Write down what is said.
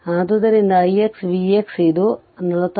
ಆದ್ದರಿಂದ ix Vx ಇದು 46